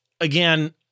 again